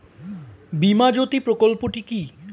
বীমা জ্যোতি প্রকল্পটি কি?